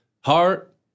heart